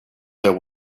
there